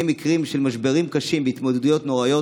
מקרים של משברים קשים והתמודדויות נוראיות,